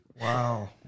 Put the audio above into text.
Wow